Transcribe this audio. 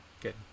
Good